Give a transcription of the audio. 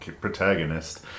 protagonist